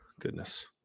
goodness